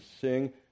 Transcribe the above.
sing